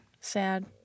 Sad